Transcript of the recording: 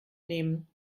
nehmen